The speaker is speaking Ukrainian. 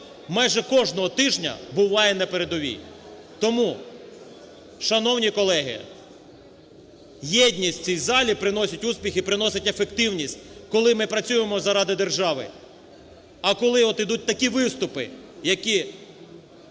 майже кожного тижня буває на передовій. Тому, шановні колеги, єдність у цій залі приносить успіх і приносить ефективність, коли ми працюємо заради держави, а коли от ідуть такі виступи, які